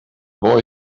boy